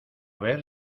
ver